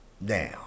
now